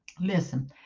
listen